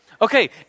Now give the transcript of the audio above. Okay